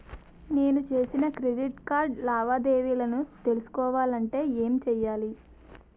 నేను చేసిన credit card లావాదేవీలను తెలుసుకోవాలంటే ఏం చేయాలి?